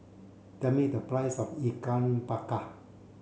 tell me the price of Ikan Bakar